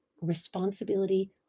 responsibility